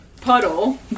Puddle